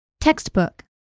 Textbook